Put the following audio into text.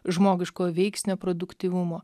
žmogiškojo veiksnio produktyvumo